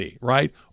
right